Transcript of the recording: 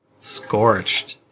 Scorched